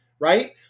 right